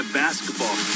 basketball